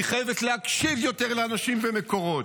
היא חייבת להקשיב יותר לאנשים ומקורות.